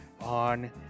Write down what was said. on